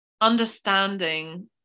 understanding